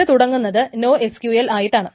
ഇത് തുടങ്ങുന്നത് നോഎസ്ക്യൂഎൽ ആയിട്ടാണ്